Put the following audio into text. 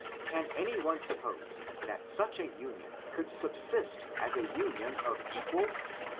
can any one suppose that such a union could subsist as a union of equals